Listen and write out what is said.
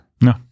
No